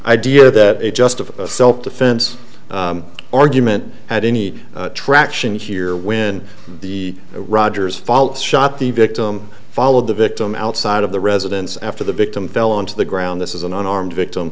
idea that it just of self defense argument had any traction here when the rogers fall shot the victim followed the victim outside of the residence after the victim fell on to the ground this is an unarmed victim